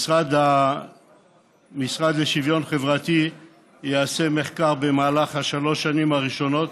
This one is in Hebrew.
המשרד לשוויון חברתי יעשה מחקר במהלך שלוש השנים הראשונות,